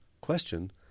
question